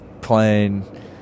playing